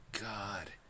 God